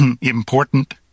important